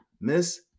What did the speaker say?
Miss